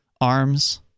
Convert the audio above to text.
arms